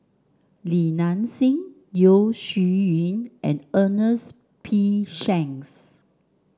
Li Nanxing Yeo Shih Yun and Ernest P Shanks